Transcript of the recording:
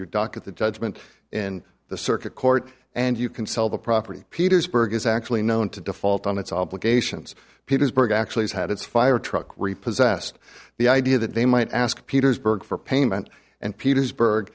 your doc at the judgment in the circuit court and you can sell the property petersburg is actually known to default on its obligations petersburg actually has had its fire truck repossessed the idea that they might ask petersburg for payment and petersburg